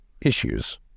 issues